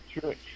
church